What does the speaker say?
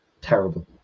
terrible